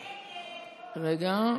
קרן,